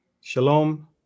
Shalom